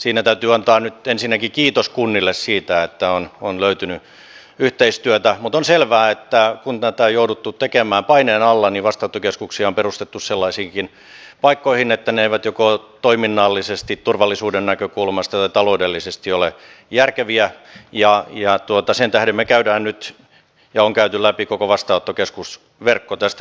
siinä täytyy antaa nyt ensinnäkin kiitos kunnille siitä että on löytynyt yhteistyötä mutta on selvää että kun tätä on jouduttu tekemään paineen alla niin vastaanottokeskuksia on perustettu sellaisiinkin paikkoihin että ne eivät joko toiminnallisesti turvallisuuden näkökulmasta tai taloudellisesti ole järkeviä ja sen tähden me olemme nyt käyneet läpi koko vastaanottokeskusverkon tästä näkökulmasta